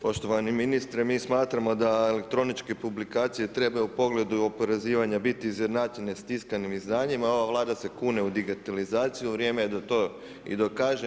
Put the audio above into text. Poštovani ministre, mi smo smatramo da elektroničke publikacije trebaju u pogledu i oporezivanja biti izjednačene s tiskanim izdanjima, ova Vlada se kune u digitalizaciju, vrijeme je da to i dokaže.